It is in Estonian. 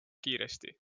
kiiresti